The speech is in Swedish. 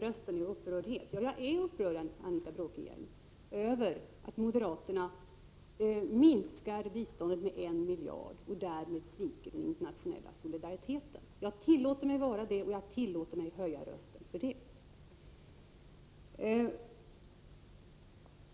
rösten i upprördhet. Ja, jag är upprörd, Anita Bråkenhielm, över att moderaterna vill minska biståndet med 1 miljard kronor och därmed svika den internationella solidariteten. Jag tillåter mig att vara upprörd och att höja rösten av den anledningen.